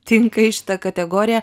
tinka į šitą kategoriją